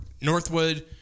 Northwood